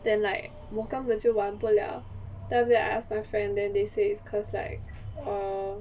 then like 我本就玩不了 then after that I ask my friend then they say is cause like err